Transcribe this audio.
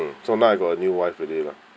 mm so now I got a new wife already lah